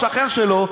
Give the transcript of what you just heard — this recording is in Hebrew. שכן שלו,